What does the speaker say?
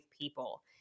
people